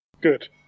Good